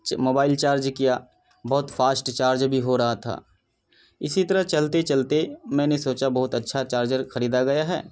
mobile charge کیا بہت fast charge بھی ہو رہا تھا اسی طرح چلتے چلتے میں نے سوچا بہت اچھا چارجر خریدا گیا ہے